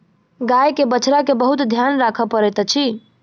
गाय के बछड़ा के बहुत ध्यान राखअ पड़ैत अछि